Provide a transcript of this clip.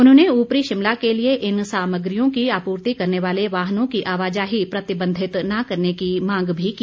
उन्होंने ऊपरी शिमला के लिए इन सामग्रियों की आपूर्ति करने वाले वाहनों की आवाजाही प्रतिबंधित न करने की मांग भी की